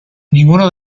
ninguno